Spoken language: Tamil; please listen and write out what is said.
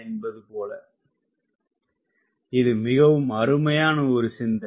இது மிகவும் அருமையான ஒரு சிந்தை